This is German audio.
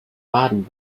baden